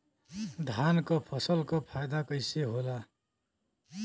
धान क फसल क फायदा कईसे होला?